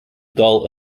dull